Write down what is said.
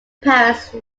paris